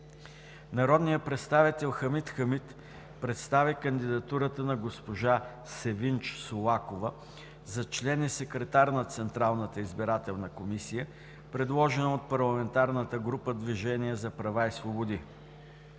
Народният представител Хамид Хамид представи кандидатурата на госпожа Севинч Солакова за член и секретар на Централната избирателна комисия, предложена от парламентарната група „Движение за права и свободи“.